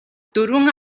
дөрвөн